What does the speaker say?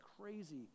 crazy